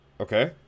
Okay